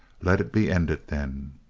let it be ended, then!